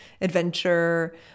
adventure